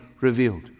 revealed